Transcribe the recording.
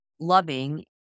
loving